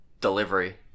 delivery